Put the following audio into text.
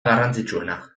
garrantzitsuena